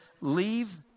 Leave